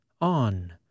on